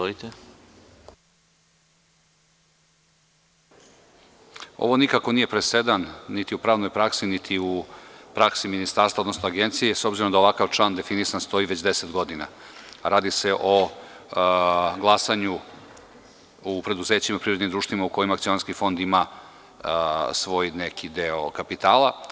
Ovo nikako nije presedan niti u pravnoj praksi, niti u praksi ministarstva, odnosno agencije, s obzirom da ovakav član definisan stoji već deset godina, a radi se o glasanju u preduzećima i privrednim društvima u kojima akcionarski fond ima neki svoj deo kapitala.